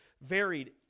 varied